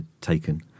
taken